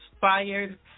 fired